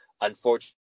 Unfortunately